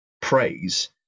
praise